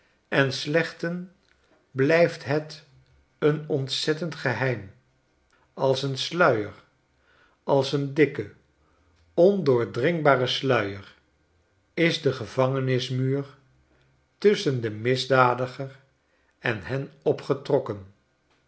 en slechten blijft het een ontzettend geheim als een sluier als een dikke ondoordringbare sluier is de gevangenismuur tusschen den misdadiger en hen opgetrokken